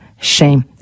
shame